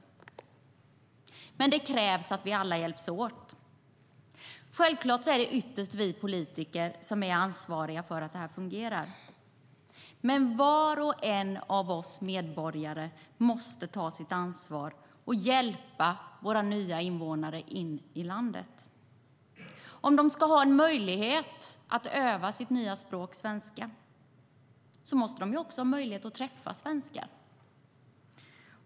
Men det krävs att vi alla hjälps åt. Självklart är det ytterst vi politiker som är ansvariga för att det fungerar. Var och en av oss medborgare måste dock ta sitt ansvar och hjälpa våra nya invånare in i landet. Om de ska ha en möjlighet att öva på sitt nya språk svenska måste de också ha en möjlighet att träffa svenskar.